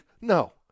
No